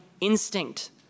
instinct